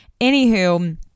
Anywho